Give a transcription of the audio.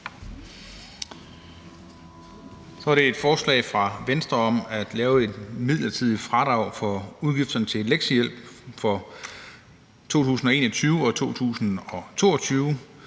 Det er så et forslag fra Venstre om at lave et midlertidigt fradrag for udgifterne til lektiehjælp for 2021 og 2022,